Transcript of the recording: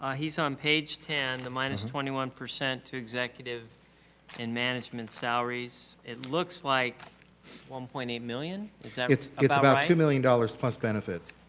ah he's on page ten, the minus twenty one percent to executive in management salaries, it looks like one point eight million is that right? it's about two million dollars plus benefits.